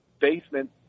basement